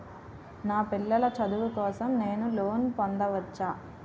నా పిల్లల చదువు కోసం నేను లోన్ పొందవచ్చా?